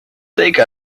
take